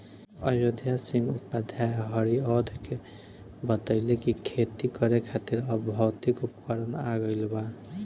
अयोध्या सिंह उपाध्याय हरिऔध के बतइले कि खेती करे खातिर अब भौतिक उपकरण आ गइल बा